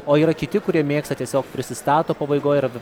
o yra kiti kurie mėgsta tiesiog prisistato pabaigoj ir